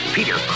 Peter